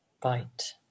bite